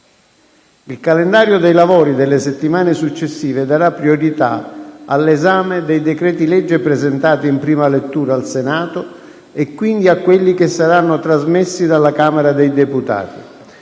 Il calendario dei lavori delle settimane successive darà priorità all'esame dei decreti-legge presentati in prima lettura al Senato e quindi a quelli che saranno trasmessi dalla Camera dei deputati.